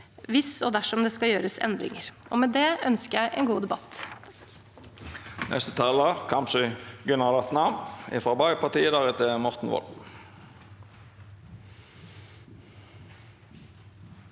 hvis og dersom det skal gjøres endringer. Med det ønsker jeg en god debatt.